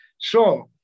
sure